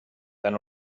tan